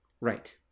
Right